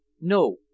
No